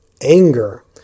anger